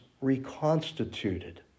reconstituted